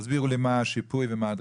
תסבירו לי מה השיפוי ומה הדרישה.